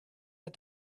but